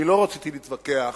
אני לא רציתי להתווכח